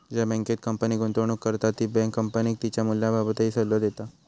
ज्या बँकेत कंपनी गुंतवणूक करता ती बँक कंपनीक तिच्या मूल्याबाबतही सल्लो देता